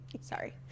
sorry